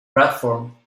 platform